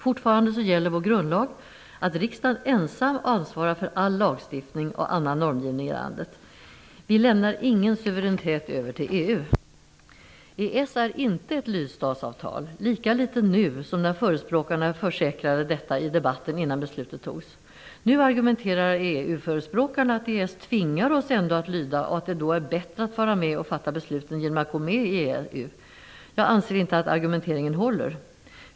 Fortfarande gäller vår grundlag, att riksdagen ensam ansvarar för all lagstiftning och annan normgivning i landet. Vi lämnar inte över någon suveränitet till EU. EES är inte ett lydstatsavtal, lika litet nu som när förespråkarna försäkrade detta i debatten innan beslutet fattades. Nu argumenterar EU förespråkarna att EES ändå tvingar oss att lyda och att det då är bättre att vara med och fatta besluten genom att gå med i EU. Jag anser inte att argumenteringen håller.